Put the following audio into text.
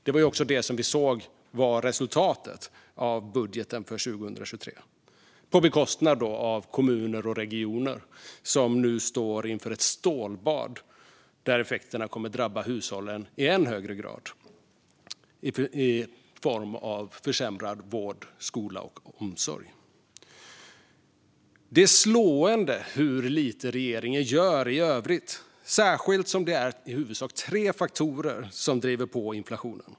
Det var också detta vi såg var resultatet av budgeten för 2023, på bekostnad av kommuner och regioner, som nu står inför ett stålbad där effekterna kommer att drabba hushållen i än högre grad i form av försämrad vård, skola och omsorg. Det är slående hur lite regeringen gör i övrigt, särskilt som det är i huvudsak tre faktorer som driver på inflationen.